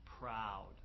proud